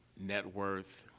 net worth,